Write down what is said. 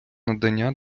надання